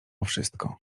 wszystko